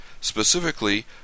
Specifically